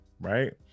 right